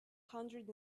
hundred